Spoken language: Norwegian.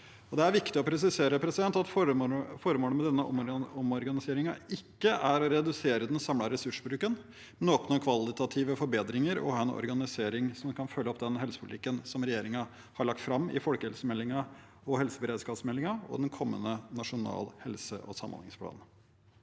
Det er viktig å presisere at formålet med denne omorganiseringen ikke er å redusere den samlede ressursbruken, men å oppnå kvalitative forbedringer og ha en organisering som kan følge opp den helsepolitikken som regjeringen har lagt fram i folkehelsemeldingen, helseberedskapsmeldingen og den kommende nasjonale helse- og samhandlingsplanen.